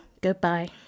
Goodbye